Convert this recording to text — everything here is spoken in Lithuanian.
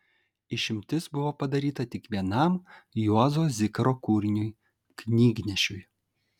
išimtis buvo padaryta tik vienam juozo zikaro kūriniui knygnešiui